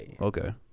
okay